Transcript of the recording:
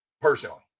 Personally